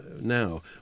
now